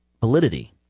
validity